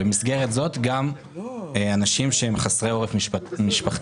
במסגרת זאת אנשים שהם חסרי עורף משפחתי,